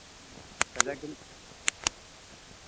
ᱦᱮᱸ ᱠᱟᱡᱟᱠ ᱜᱮ